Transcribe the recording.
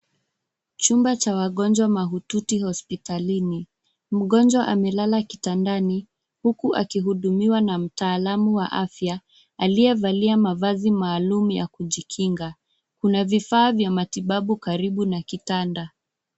Chumba cha wagonjwa mahututi hospitalini. Mgonjwa amelala kitandani, huku akihudumiwa na mtaalamu wa afya, aliyevalia mavazi maalumu ya kujikinga. Kuna vifaa vya matibabu karibu na kitanda.